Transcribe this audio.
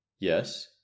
Yes